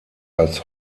als